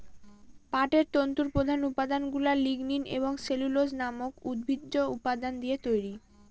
পাটের তন্তুর প্রধান উপাদানগুলা লিগনিন এবং সেলুলোজ নামক উদ্ভিজ্জ উপাদান দিয়ে তৈরি